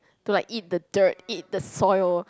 to like eat the dirt eat the soil